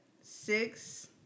six